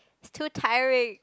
it's too tiring